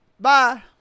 bye